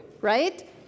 right